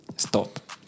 stop